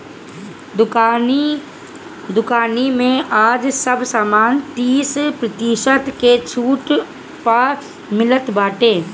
दुकानी में आज सब सामान तीस प्रतिशत के छुट पअ मिलत बाटे